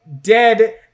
Dead